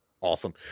awesome